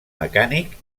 mecànic